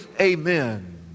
Amen